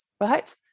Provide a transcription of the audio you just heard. right